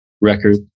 record